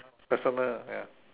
personal ya